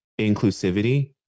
inclusivity